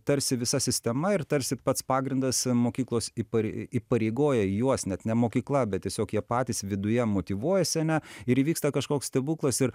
tarsi visa sistema ir tarsi pats pagrindas mokyklos įparei įpareigoja juos net ne mokykla bet tiesiog jie patys viduje motyvuojasi ane ir įvyksta kažkoks stebuklas ir